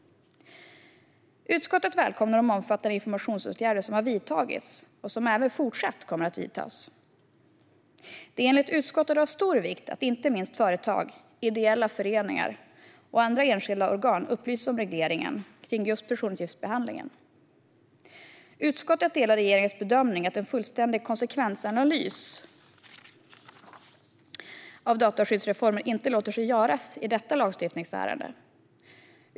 Utskottet välkomnar de omfattande informationsåtgärder som har vidtagits och som även kommer att fortsätta vidtas. Det är enligt utskottet av stor vikt att inte minst företag, ideella föreningar och andra enskilda organ upplyses om regleringen av just personuppgiftsbehandling. Utskottet delar regeringens bedömning att en fullständig konsekvensanalys av dataskyddsreformen inte låter sig göras i detta lagstiftningsärende.